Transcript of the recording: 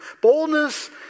Boldness